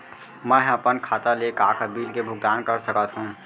मैं ह अपन खाता ले का का बिल के भुगतान कर सकत हो